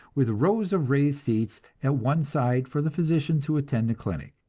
with rows of raised seats at one side for the physicians who attend the clinic.